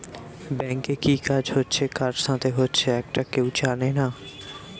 ব্যাংকে কি কাজ হচ্ছে কার সাথে হচ্চে একটা কেউ জানে না